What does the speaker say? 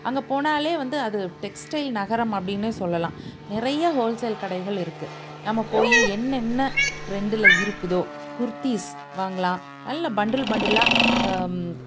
அங்கே போனாலே வந்து அது டெக்ஸ்டைல் நகரம் அப்படின்னு சொல்லலாம் நிறைய ஹோல்சேல் கடைகள் இருக்குது நம்ம போய் என்னென்ன ட்ரெண்டில் இருக்குதோ குர்தீஸ் வாங்கலாம் நல்ல பண்டில் பண்டிலாக